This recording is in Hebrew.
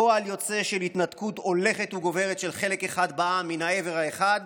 פועל יוצא של התנתקות הולכת וגוברת של חלק אחד בעם מן העבר האחד